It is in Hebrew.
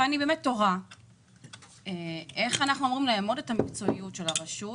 ואני באמת תוהה איך אנחנו אמורים לאמוד את המקצועיות של הרשות,